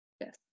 Yes